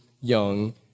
young